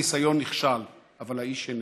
הניסיון נכשל, אבל האיש איננו.